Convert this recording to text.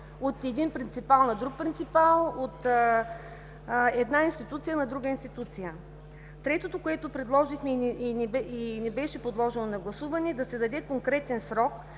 от един принципал на друг принципал, от една институция на друга институция. Третото, което предложихме и не беше подложено на гласуване, беше да се даде конкретен срок